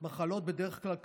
בדרך כלל,